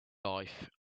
life